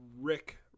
Rick